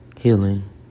Healing